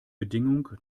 bedingung